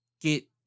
get